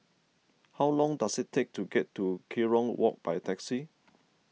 how long does it take to get to Kerong Walk by taxi